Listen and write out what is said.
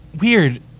weird